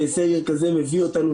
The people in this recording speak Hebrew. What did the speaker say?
וסגר כזה מביא אותנו,